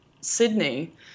Sydney